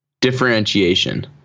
Differentiation